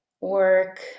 work